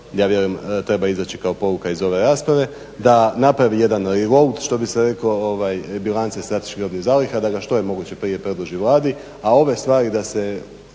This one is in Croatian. ja vjerujem treba izaći kao pouka iz ove rasprave, da napravi jedan … što bi se reklo, bilance i strateških robnih zaliha da što je moguće prije predloži Vladi. A ove stvari da se